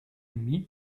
meet